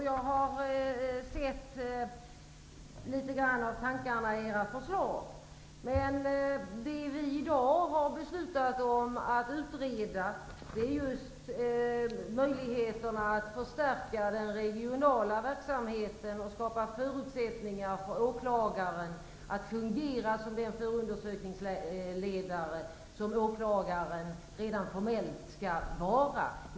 Jag har också sett litet grand av tankarna i era förslag, men det som vi i dag har beslutat att utreda är just möjligheterna att förstärka den regionala verksamheten och skapa förutsättningar för åklagaren att fungera som den förundersökningsledare som åklagaren redan formellt skall vara.